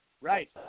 Right